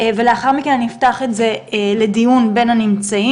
ולאחר מכן אני אפתח את זה לדיון בין הנמצאים.